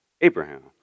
Abraham